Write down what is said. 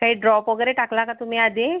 काही ड्रॉप वगैरे टाकला का तुम्ही आधी